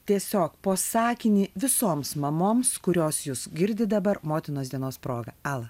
tiesiog po sakinį visoms mamoms kurios jus girdi dabar motinos dienos proga ala